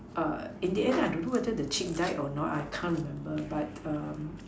err in the end I don't know whether the chick died or not I can't remember but um